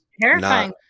terrifying